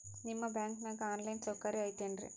ನಿಮ್ಮ ಬ್ಯಾಂಕನಾಗ online ಸೌಕರ್ಯ ಐತೇನ್ರಿ?